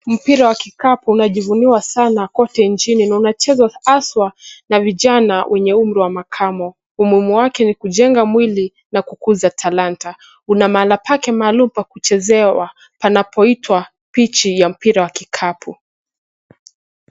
Mpira wa kikapu unajivuniwa sana kote nchini na unachezwa hasa na vijana wenye umri wa makamo. Umuhimu wake ni kujenga mwili na kukuza talanta. Una mahala pake pa kuchezewa panapoitwa pichi ya mpira wa kikapu.